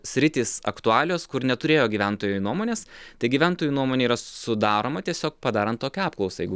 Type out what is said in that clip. sritys aktualios kur neturėjo gyventojai nuomonės tai gyventojų nuomonė yra sudaroma tiesiog padarant tokią apklausą jeigu